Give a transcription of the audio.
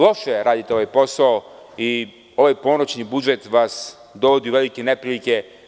Loše radite ovaj posao i ovoj ponoćni budžet vas dovodi u velike neprilike.